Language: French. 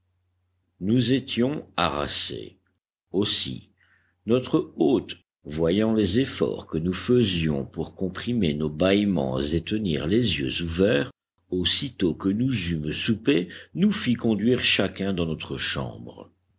nous étions harassés aussi notre hôte voyant les efforts que nous faisions pour comprimer nos bâillements et tenir les yeux ouverts aussitôt que nous eûmes soupé nous fit conduire chacun dans notre chambre